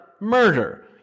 murder